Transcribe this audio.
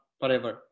forever